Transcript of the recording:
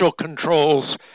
controls